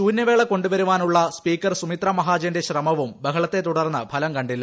ശൂന്യവേളികൊണ്ടു വരാനുള്ള സ്പീക്കർ സുമിത്രാ മഹാജന്റെ ശ്രമവും ്ബഹളത്തെ തുടർന്ന് ഫലം കണ്ടില്ല